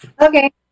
Okay